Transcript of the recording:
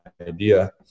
idea